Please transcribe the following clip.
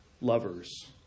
lovers